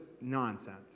nonsense